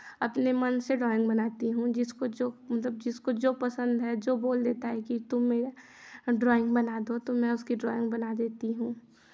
अपने मन से ड्राॅइंग बनाती हूँ जिसको जो मतलब जिसको जो पसन्द है जो बोल देता है कि तुम मेरा ड्राॅइंग बना दो तो मैं उसकी ड्राॅइंग बना देती हूँ